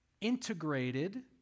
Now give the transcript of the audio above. integrated